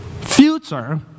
future